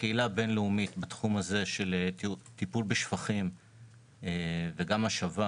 הקהילה הבין לאומית בתחום הזה של טיפול בשפכים וגם השבה,